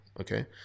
okay